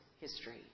history